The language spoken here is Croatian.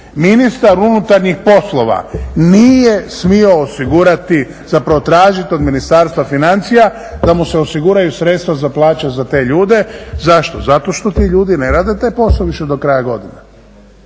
ministar unutarnjih poslova nije smio osigurati zapravo tražit od Ministarstva financija da mu se osiguraju sredstva za plaće za te ljude. Zašto, zato što ti ljudi ne rade taj posao više do kraja godine.